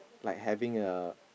like having a